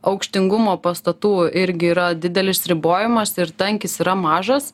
aukštingumo pastatų irgi yra didelis ribojamas ir tankis yra mažas